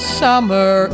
summer